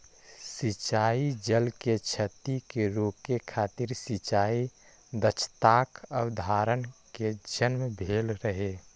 सिंचाइ जल के क्षति कें रोकै खातिर सिंचाइ दक्षताक अवधारणा के जन्म भेल रहै